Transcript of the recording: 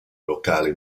locale